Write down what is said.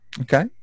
Okay